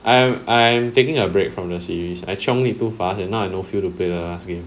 I am I I'm taking a break from the series I chiong it too fast now I no feels to play the last game